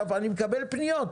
אני מקבל פניות,